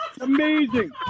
Amazing